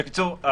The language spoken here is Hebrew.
בקיצור,